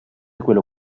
quello